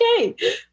okay